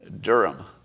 Durham